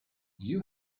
you